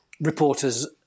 reporters